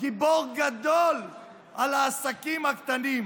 גיבור גדול על העסקים הקטנים,